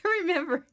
remember